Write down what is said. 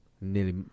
nearly